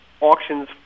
auctions